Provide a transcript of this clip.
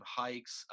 hikes